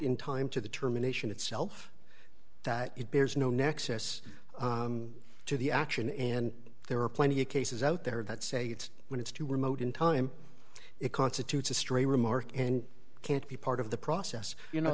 in time to the termination itself that it bears no nexus to the action and there are plenty of cases out there that say it's when it's too remote in time it constitutes a stray remark and can't be part of the process you know